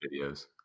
videos